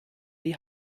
die